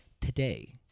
today